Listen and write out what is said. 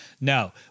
No